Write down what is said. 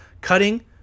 cutting